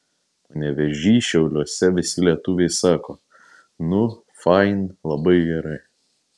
panevėžy šiauliuose visi lietuviai sako nu fain labai gerai